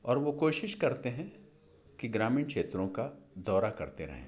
और वो कोशिश करते हैं कि ग्रामीण क्षेत्रों का दौरा करते रहें